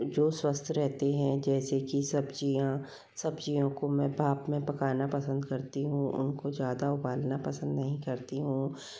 जो स्वस्थ रहते हैं जैसे कि सब्जियाँ सब्ज़ियों को मैं भाप में पकाना पसंद करती हूँ उनको ज़्यादा उबालना पसंद नहीं करती हूँ